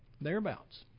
thereabouts